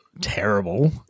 terrible